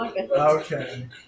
Okay